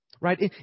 right